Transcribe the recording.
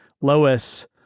lois